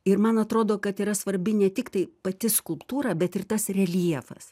ir man atrodo kad yra svarbi ne tik tai pati skulptūra bet ir tas reljefas